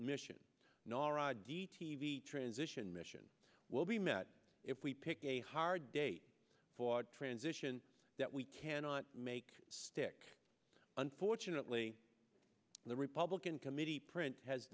mission narada d t v transition mission will be met if we pick a hard date for transition that we cannot make stick unfortunately the republican committee print has